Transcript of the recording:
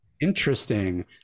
Interesting